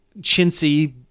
chintzy